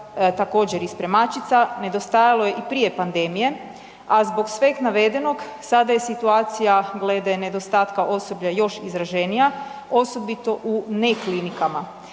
također i spremačica nedostajalo je i prije pandemije, a zbog sveg navedenog sada je situacija glede nedostatka osoblja još izraženija, osobito u ne klinikama.